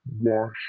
wash